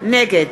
נגד